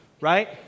Right